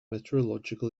meteorological